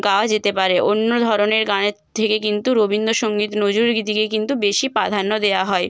গাওয়া যেতে পারে অন্য ধরনের গানের থেকে কিন্তু রবীন্দ্রসঙ্গীত নজরুলগীতিকে কিন্তু বেশি পাধান্য দেওয়া হয়